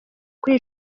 kuri